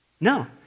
No